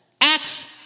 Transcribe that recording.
Acts